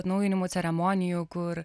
atnaujinimo ceremonijų kur